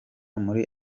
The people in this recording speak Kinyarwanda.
muri